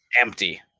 empty